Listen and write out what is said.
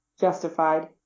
justified